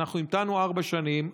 אנחנו המתנו ארבע שנים,